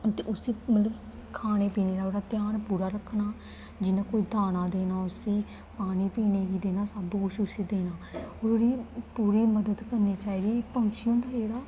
ते उस्सी मतलब खाने पीने दा ओह्दा ध्यान पूरा रक्खना जियां कोई दाना देना उस्सी पानी पीने गी देना सब्भ कुछ उस्सी देना होर ओह्दी पूरी मदद करनी चाहिदी पंछी होंदा जेह्ड़ा